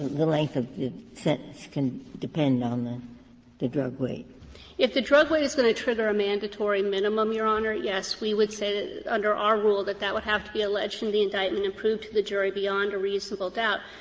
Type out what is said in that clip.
the length of the sentence can depend on the the drug weight. maguire if the drug weight is going to trigger a mandatory minimum, your honor, yes, we would say that under our rule that that would have to be alleged in the indictment and proved to the jury beyond a reasonable doubt,